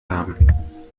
haben